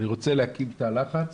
אני רוצה להקים תא לחץ.